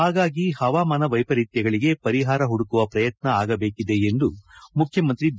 ಹಾಗಾಗಿ ಹವಾಮಾನ ವೈಪರೀತ್ಯಗಳಿಗೆ ಪರಿಹಾರ ಹುಡುಕುವ ಪ್ರಯತ್ನ ಆಗಬೇಕಿದೆ ಎಂದು ಮುಖ್ಯಮಂತ್ರಿ ಬಿ